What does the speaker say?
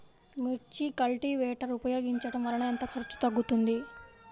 మిర్చి కల్టీవేటర్ ఉపయోగించటం వలన ఎంత ఖర్చు తగ్గుతుంది?